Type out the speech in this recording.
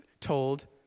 told